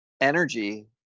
energy